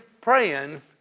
praying